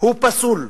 הוא פסול.